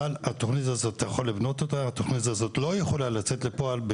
אבל התכנית הזאת לא יכולה לצאת לפועל,